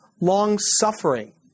long-suffering